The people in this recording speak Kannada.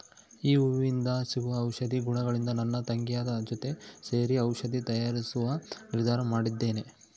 ಈ ಹೂವಿಂದ ಸಿಗುವ ಔಷಧಿ ಗುಣಗಳಿಂದ ನನ್ನ ತಂಗಿಯ ಜೊತೆ ಸೇರಿ ಔಷಧಿ ತಯಾರಿಸುವ ನಿರ್ಧಾರ ಮಾಡಿದ್ದೇನೆ